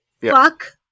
Fuck